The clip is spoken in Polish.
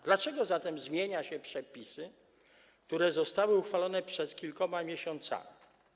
Dlaczego zatem zmienia się przepisy, które zostały uchwalone przed kilkoma miesiącami?